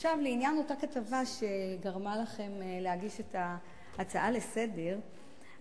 לעניין אותה כתבה שגרמה לכם להגיש את ההצעה לסדר-היום,